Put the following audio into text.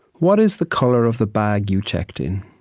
what is the colour of the bag you checked in?